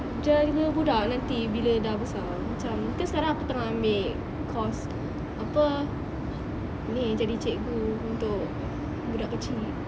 jaga budak nanti bila dah besar macam kan sekarang aku tengah ambil course apa ni jadi cikgu untuk budak kecil